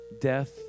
Death